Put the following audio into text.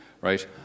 right